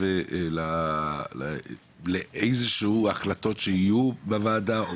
בתקציב לאיזשהן החלטות שיהיו בוועדה.